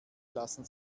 lassen